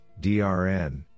DRN